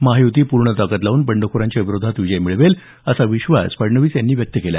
महायुती पूर्ण ताकद लावून बंडखोरांच्या विरोधात विजय मिळवेल असा विश्वास फडणवीस यांनी यावेळी व्यक्त केला